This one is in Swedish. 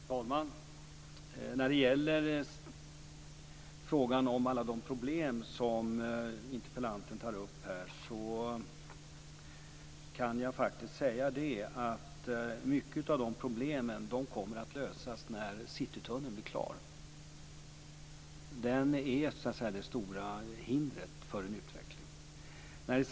Fru talman! När det gäller frågan om alla de problem som interpellanten tar upp kan jag faktiskt säga följande: Många av dessa problem kommer att lösas när Citytunneln är klar. Det är så att säga det stora hindret för en utveckling.